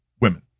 women